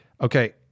Okay